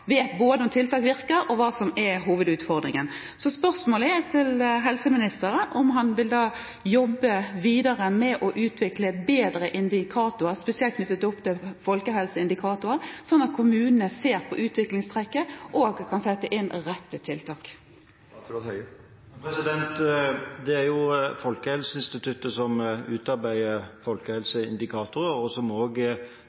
vet hvordan tiltak virker og hva som er hovedutfordringen. Så spørsmålet til helseministeren er om han vil jobbe videre med å utvikle bedre indikatorer – spesielt knyttet opp til folkehelseindikatorer – slik at kommunene ser utviklingstrekkene og kan sette inn rette tiltak. Det er Folkehelseinstituttet som utarbeider folkehelseindikatorer, og som